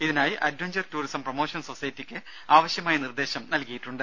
ഇതിനായി adventure tourism promotion സൊസൈറ്റിക്ക് ആവശ്യമായ നിർദ്ദേശം നൽകിയിട്ടുണ്ട്